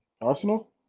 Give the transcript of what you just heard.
Arsenal